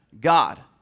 God